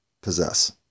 possess